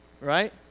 right